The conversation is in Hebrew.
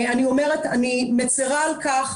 אני מצרה על כך.